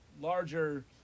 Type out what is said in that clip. larger